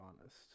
honest